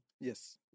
Yes